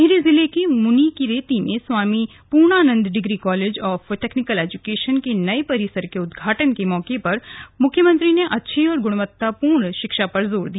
टिहरी जिले की मुनिकीरेती में Swami Purnanand degree college of technical education के नये परिसर के उद्घघाटन के मौके पर मुख्यमंत्री ने अच्छी और गुणवत्तापूर्ण शिक्षा पर जोर दिया